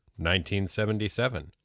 1977